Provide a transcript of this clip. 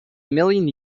million